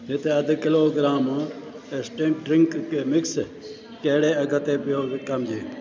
हिते अधि kilogram instant drink mix कहिड़े अघि ते पियो विकामिजे